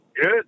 Good